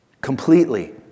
Completely